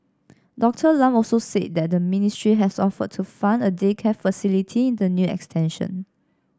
Doctor Lam also said that the ministry has offered to fund a daycare facility in the new extension